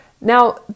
Now